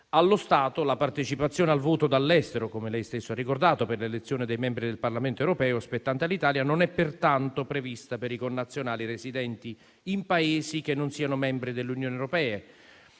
Allo stato, la partecipazione al voto dall'estero, come lei stesso ha ricordato, per l'elezione dei membri del Parlamento europeo spettanti all'Italia, non è pertanto prevista per i connazionali residenti in Paesi che non siano membri dell'Unione europea,